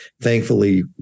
Thankfully